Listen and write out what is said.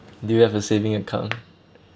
do you have a saving account